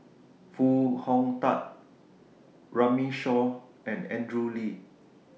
Foo Hong Tatt Runme Shaw and Andrew Lee